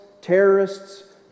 terrorists